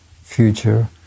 future